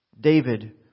David